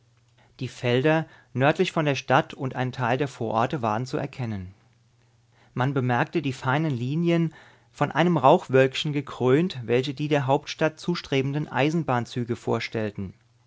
die felder nördlich von der stadt und ein teil der vororte waren zu erkennen man bemerkte die feinen linien von einem rauchwölkchen gekrönt welche die der hauptstadt zustrebenden eisenbahnzüge vorstellten